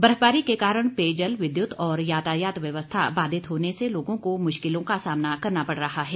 बर्फबारी के कारण पेयजल विद्युत और यातायात व्यवस्था बाधित होने से लोगों को मुश्किलों का सामना करना पड़ रहा है